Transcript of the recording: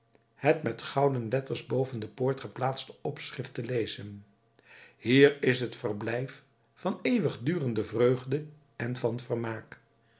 het met gouden letters boven de poort geplaatste opschrift te lezen hier is het verblijf van eeuwigdurende vreugde en van vermaak